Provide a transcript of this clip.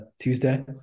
Tuesday